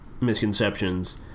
misconceptions